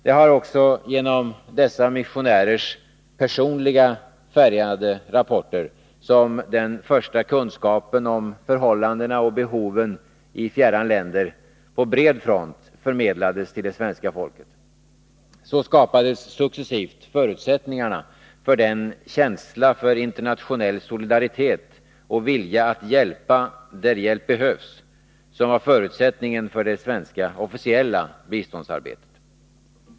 Det var också genom dessa missionärers personligt färgade rapporter som den första kunskapen om förhållandena och behoven i fjärran länder på bred front förmedlades till det svenska folket. Så skapades successivt förutsättningarna för den känsla för internationell solidaritet och vilja att hjälpa där hjälp behövs, som var förutsättningen för det svenska officiella biståndsarbetet.